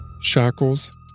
Shackles